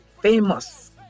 famous